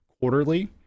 quarterly